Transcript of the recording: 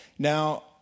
Now